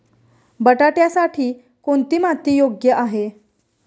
बटाट्यासाठी कोणती माती योग्य आहे?